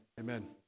amen